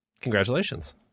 Congratulations